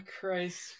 Christ